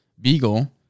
beagle